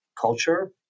culture